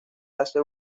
hace